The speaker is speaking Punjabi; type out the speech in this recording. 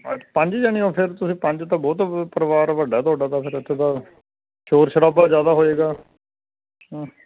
ਪੰਜ ਜਣੇ ਓ ਫਿਰ ਤੁਸੀਂ ਪੰਜ ਤੋਂ ਬਹੁਤ ਪਰਿਵਾਰ ਵੱਡਾ ਤੁਹਾਡਾ ਤਾਂ ਫਿਰ ਇੱਥੇ ਤਾਂ ਸ਼ੋਰ ਸ਼ਰਾਬਾ ਜ਼ਿਆਦਾ ਹੋਏਗਾ